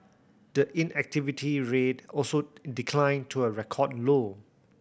the inactivity rate also declined to a record low